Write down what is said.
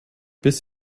biss